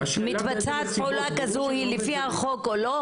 אם מתבצעת פעולה כזו או לא?